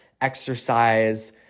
exercise